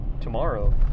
tomorrow